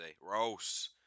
Rose